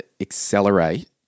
accelerate